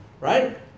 right